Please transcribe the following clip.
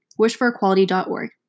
WishForEquality.org